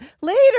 Later